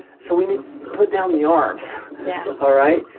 so, we need to put down the arms. yeah alright?